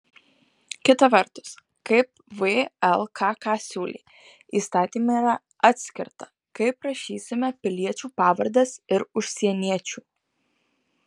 kita vertus kaip vlkk siūlė įstatyme yra atskirta kaip rašysime piliečių pavardes ir užsieniečių